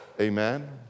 Amen